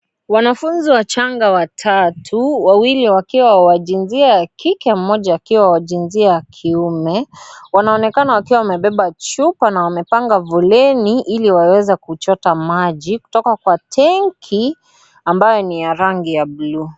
Wanafunzi wachanga watatu, wawili wakiwa wa jinsia ya kike mmoja akiwa wa jinsia ya kiume. Wanaonekana wakiwa wamebeba chupa na wamepanga foleni, ili waweze kuchota maji kutoka kwa tenki ambayo ni ya rangi ya buluu.